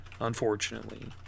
unfortunately